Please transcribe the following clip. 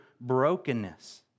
brokenness